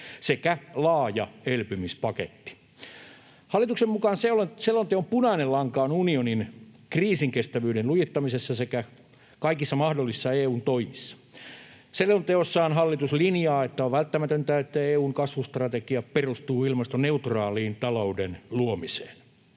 sekä laaja elpymispaketti. Hallituksen mukaan selonteon punainen lanka on unionin kriisinkestävyyden lujittamisessa sekä kaikissa mahdollisissa EU:n toimissa. Selonteossaan hallitus linjaa, että on välttämätöntä, että EU:n kasvustrategia perustuu ilmastoneutraaliin talouden luomiseen.